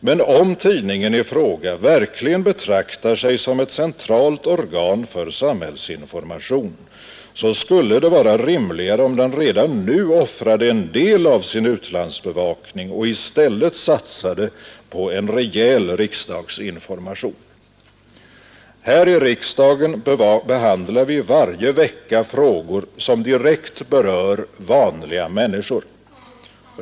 Men om tidningen i fråga verkligen betraktar sig som ett centralt organ för samhällsinformation, skulle det vara rimligare om den redan nu offrade en del av sin utlandsbevakning och i stället satsade på en rejäl riksdagsinformation. Här i riksdagen behandlar vi varje vecka frågor som direkt berör vanliga människor.